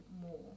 more